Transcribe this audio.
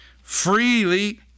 Freely